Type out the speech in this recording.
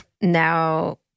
now